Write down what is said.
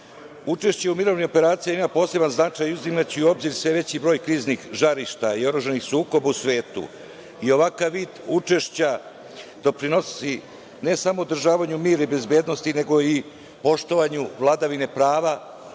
Učešće u mirovnim operacijama ima poseban značaj, uzimajući u obzir sve veći broj kriznih žarišta i oružanih sukoba u svetu. Ovakav vid učešća doprinosi ne samo održavanju mira i bezbednosti, nego i poštovanju vladavine prava